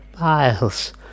miles